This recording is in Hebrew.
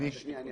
רוב נגד,